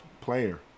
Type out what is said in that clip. player